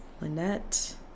Lynette